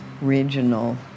regional